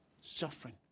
Suffering